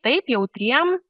taip jautriem